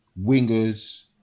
wingers